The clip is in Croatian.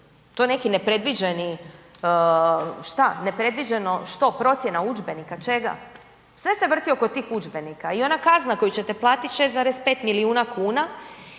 je neki nepredviđeni šta, nepredviđeno što procjena udžbenika, čega, sve se vrti oko tih udžbenika i ona kazna koju ćete platit 6,5 milijuna kuna